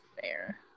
fair